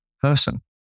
person